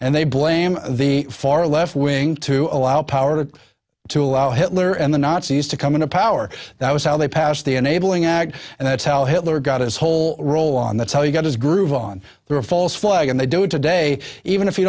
and they blame the far left wing to allow power to allow hitler and the nazis to come into power that was how they passed the enabling act and that's how hitler got his whole role on that's how he got his groove on their false flag and they do today even if you